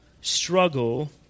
struggle